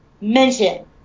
mention